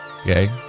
Okay